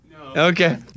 Okay